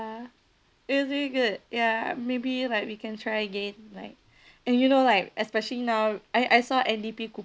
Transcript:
it is good ya maybe like we can try again like and you know like especially now I I saw N_D_P